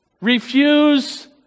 refuse